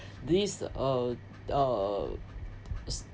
these uh